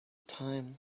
time